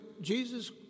Jesus